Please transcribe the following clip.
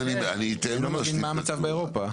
אני לא מבין מה המצב באירופה.